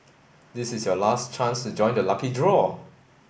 this is your last chance to join the lucky draw